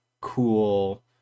cool